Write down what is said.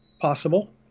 Possible